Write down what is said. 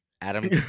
Adam